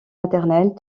maternelles